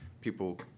people